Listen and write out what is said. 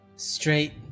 straight